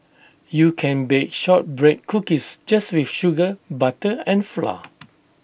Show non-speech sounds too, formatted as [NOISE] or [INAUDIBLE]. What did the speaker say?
you can bake Shortbread Cookies just with sugar butter and flour [NOISE]